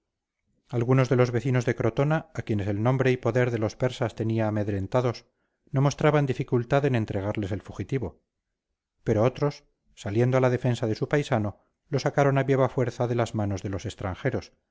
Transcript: algunos de los vecinos de crotona a quienes el nombre y poder de los persas tenía amedrentados no mostraban dificultad en entregarles el fugitivo pero otros saliendo a la defensa de su paisano lo sacaron a viva fuerza de las manos de los extranjeros